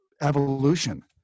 evolution